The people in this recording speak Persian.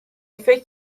فکر